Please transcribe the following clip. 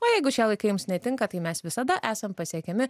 o jeigu šie laikai jums netinka tai mes visada esam pasiekiami